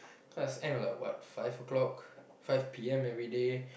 class end at like what five o-clock five P_M everyday